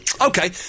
Okay